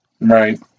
Right